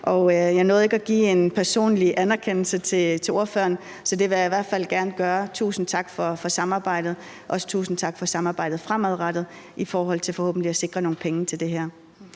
jeg nåede ikke at give en personlig anerkendelse til ordføreren, så det vil jeg i hvert fald gerne gøre: Tusind tak for samarbejdet, og også tusind tak for samarbejdet fremadrettet i forhold til forhåbentlig at sikre nogle penge til det her.